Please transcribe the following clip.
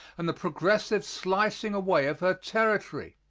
and the progressive slicing away of her territory.